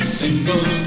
single